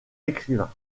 écrivains